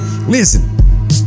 Listen